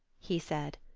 he said,